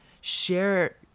Share